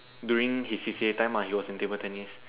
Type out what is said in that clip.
during his C_C_A time ah he was in table tennis